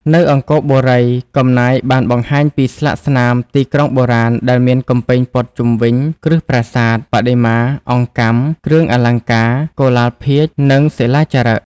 នៅអង្គរបុរី កំណាយបានបង្ហាញពីស្លាកស្នាមទីក្រុងបុរាណដែលមានកំពែងព័ទ្ធជុំវិញ គ្រឹះប្រាសាទ បដិមា អង្កាំ គ្រឿងអលង្ការ កុលាលភាជន៍ និងសិលាចារឹក។